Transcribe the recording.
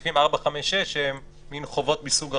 וסעיפים (4), (5), (6), שהם מין חובות מסוג אחר,